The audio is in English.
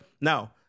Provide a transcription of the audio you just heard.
Now